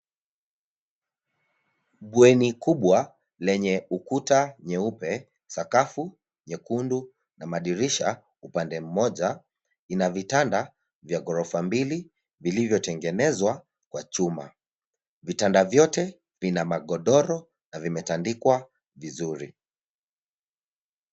Bweni kubwa, lenye ukuta nyeupe, sakafu nyekundu, na madirisha upande mmoja, ina vitanda vya ghorofa mbili, vilivyotengenezwa kwa chuma. Vitanda vyote, vina magodoro, na vimetandikwa vizuri.